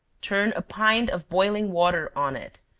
turn a pint of boiling water on it,